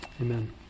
Amen